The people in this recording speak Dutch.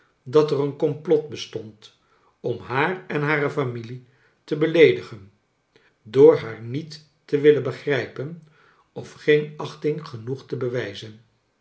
dat er een komplot bestond om haar en hare familie te beleedigen door haar niet te willen begrijpen of geen achting genoeg te bewijzen